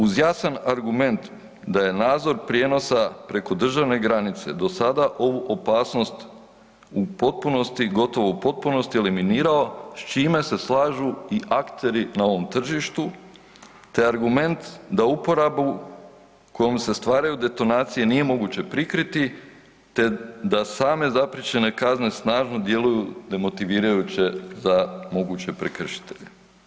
Uz jasan argument da je nadzor prijenosa preko državne granice do sada ovu opasnost gotovo u potpunosti eliminirao s čime se slažu i akteri na ovom tržištu te argument da uporabu kojom se stvaraju detonacije nije moguće prikriti te da same zapriječene kazne snažno djeluju demotivirajuće za moguće prekršitelje.